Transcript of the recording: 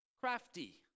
crafty